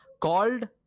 called